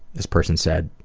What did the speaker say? this person said,